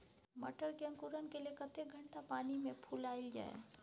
मटर के अंकुरण के लिए कतेक घंटा पानी मे फुलाईल जाय?